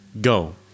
Go